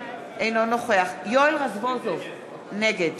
אינו נוכח יואל רזבוזוב, נגד